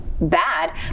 bad